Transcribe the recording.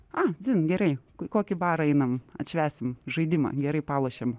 a dzin gerai kokį barą einam atšvęsim žaidimą gerai palošėm